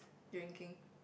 drinking